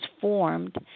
formed